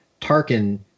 Tarkin